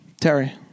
Terry